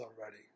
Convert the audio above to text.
already